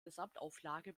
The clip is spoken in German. gesamtauflage